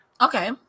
okay